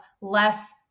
less